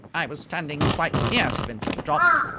i was standing quite near to vincent jopp,